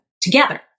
together